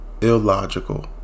illogical